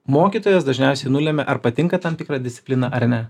mokytojas dažniausiai nulemia ar patinka tam tikra disciplina ar ne